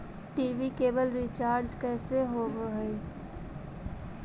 TV cable recharge कैसे होब हइ?